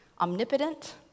Omnipotent